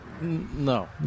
No